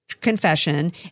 confession